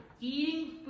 eating